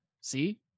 see